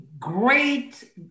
great